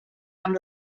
amb